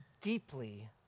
deeply